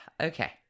Okay